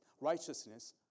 righteousness